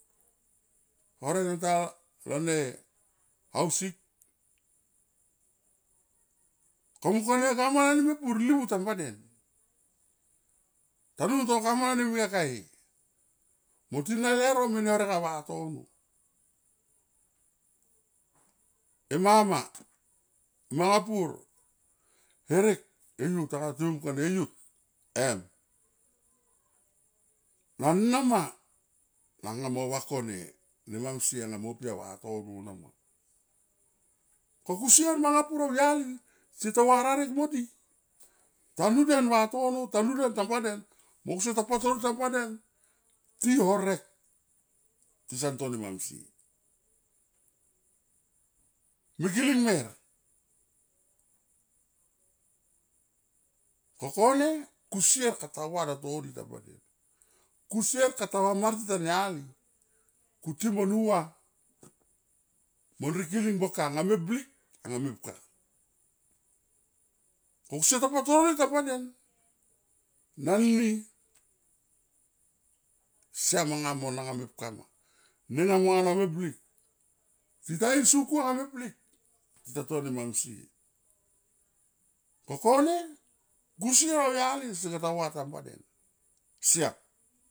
Horek ga ta ha lone haus sik ko mung kone govman ani mepur livu tam ba den tanun to govman ani kakae monti na leuro mene horek a vatano ei mama manga pur e herek e yut anga time mung kone e yut em man na ma amanga mo vako ne nemam sie anga mo pi a vatono nama ko kusier managa pur eu yali seta va rarek mo di tanu den vatono tanu den tamba den kusier ta patoro di tam ba den ti horek ti san to ne mam sie, mikiling mer ko kone kusier kata va tato di tam ba den kusier kata vamar ti tania li kuti man nu va mon rikiling boka anga me blik anga mepka. Ko kusier ta patoro di tamba den nan ni siam mo manga mepka ma ma nenga mo anga me blik tita in suku anga me blik tita to ne mamsie ko kone kusier au yali kata va tamba den siam.